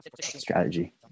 Strategy